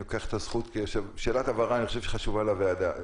בוקר טוב, אדוני היושב-ראש וחברי הוועדה.